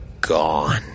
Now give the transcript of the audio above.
gone